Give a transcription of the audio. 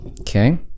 Okay